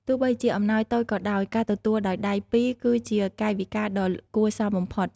ទោះបីជាអំណោយតូចក៏ដោយ ការទទួលដោយដៃពីរគឺជាកាយវិការដ៏គួរសមបំផុត។